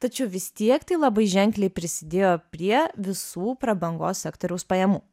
tačiau vis tiek tai labai ženkliai prisidėjo prie visų prabangos sektoriaus pajamų